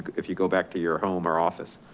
if you go back to your home or office.